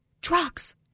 Drugs